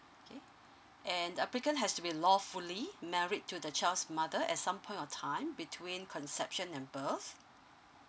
okay and the applicant has to be lawfully married to the child's mother at some point of time between conception and birth